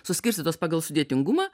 suskirstytos pagal sudėtingumą